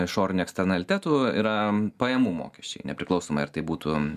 išorinių ekstrenalitetų yra pajamų mokesčiai nepriklausomai ar tai būtų